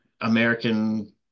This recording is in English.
American